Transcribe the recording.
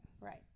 Right